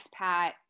expat